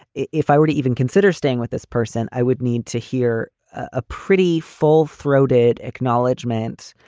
if i were to even consider staying with this person, i would need to hear a pretty full throated acknowledgement.